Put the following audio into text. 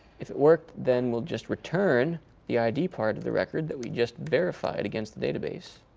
if it worked, then we'll just return the id part of the record that we just verified against the database.